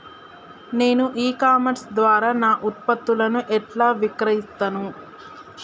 నేను e commerce ద్వారా నా ఉత్పత్తులను ఎట్లా విక్రయిత్తను?